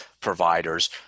providers